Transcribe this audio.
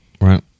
Right